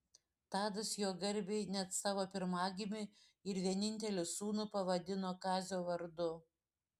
tadas jo garbei net savo pirmagimį ir vienintelį sūnų pavadino kazio vardu